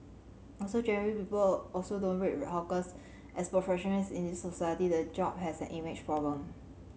also generally people also don't rate hawkers as professionals in this society the job has an image problem